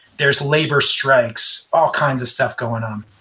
there's labor strikes. all kinds of stuff going on.